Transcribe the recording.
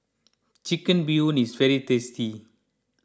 Chicken Bee Hoon is very tasty